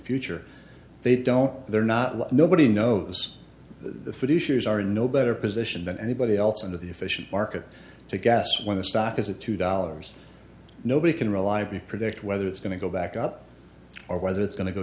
future they don't they're not like nobody knows the fishers are no better positioned than anybody else and the efficient market to guess when the stock is a two dollars nobody can reliably predict whether it's going to go back up or whether it's going to go